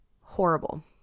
Horrible